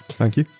thank you.